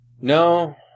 No